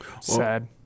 Sad